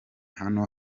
hano